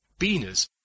Beaners